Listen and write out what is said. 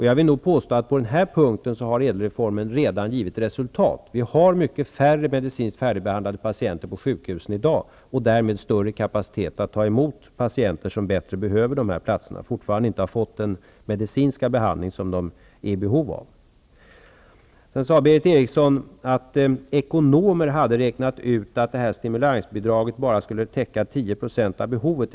Jag vill nog påstå att på den punkten har ÄDEL reformen redan givit resultat. Vi har mycket färre medicinskt färdigbehandlade patienter på sjukhusen i dag, och därmed större kapacitet att ta emot patienter som bättre behöver de här platserna och som fortfarande inte har fått den medicinska behandling som de är i behov av. Sedan sade Berith Eriksson att ekonomer hade räknat ut att stimulansbidraget bara skulle täcka 10 % av behovet.